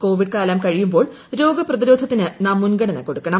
Covid കാലം കഴിയുമ്പോൾ രോഗപ്രതിരോധത്തിന് നാം മുൻഗണന കൊടുക്കണം